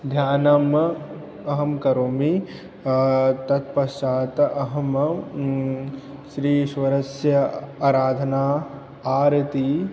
ध्यानम् अहं करोमि तत्पश्चात् अहं श्रीश्वरस्य अराधना आरती